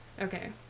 Okay